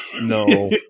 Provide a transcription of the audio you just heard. no